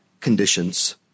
conditions